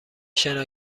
شنا